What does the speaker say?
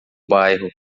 bairro